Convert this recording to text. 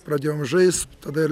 pradėjom žaist tada ir